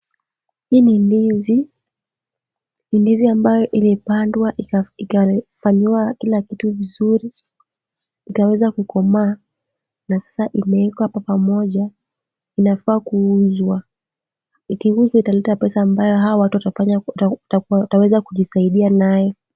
Hili ndizi ni ndizi ambayo imepandwa ikafanyiwa kila kitu kizuri ikaweza kukomaa na sasa imewekwa kwa pamoja inafaa kuuzwa. Ikiuzwa italeta pesa ambayo hawa watu wataweza kujisaidia nayo.